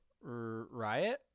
Riot